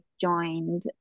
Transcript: joined